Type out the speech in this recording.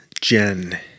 Jen